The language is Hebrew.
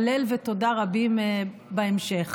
הלל ותודה רבים בהמשך.